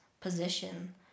position